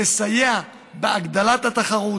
היא תסייע בהגדלת התחרות,